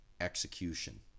execution